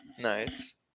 Nice